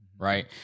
right